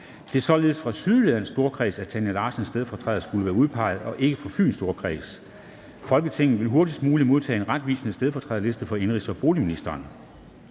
Det var således fra Sydjyllands Storkreds, at Tanja Larssons stedfortræder skulle være udpeget, og ikke fra Fyns Storkreds. Folketinget vil hurtigst muligt modtage en retvisende stedfortræderliste fra indenrigs- og boligministeren.